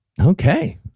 Okay